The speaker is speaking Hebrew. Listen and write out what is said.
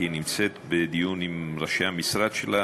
כי היא נמצאת בדיון עם ראשי המשרד שלה.